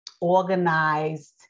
organized